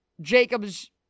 Jacobs